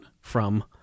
from-